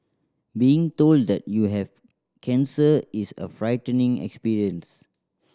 being told that you have cancer is a frightening experience